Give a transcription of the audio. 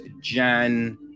Jan